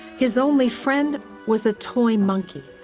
his only friend was a toy monkey.